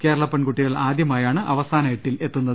കേരള പെൺകുട്ടികൾ ഇതാദ്യമായാണ് അവസാന എട്ടിലെത്തുന്നത്